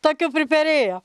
tokių priperėjo